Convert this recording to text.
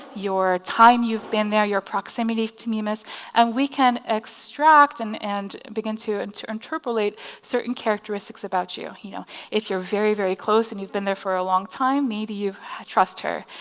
your time you've been there, your proximity to mimus and we can extract and and begin to and interpolate and interpolate certain characteristics about you. you know if you're very very close and you've been there for a long time, maybe you trust her.